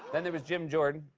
then there was jim jordan,